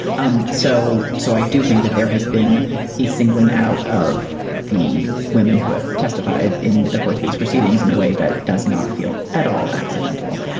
um so. so i do think that there has been a singling out of the women who have testified in the course of these proceedings in a way that does not feel at all accidental.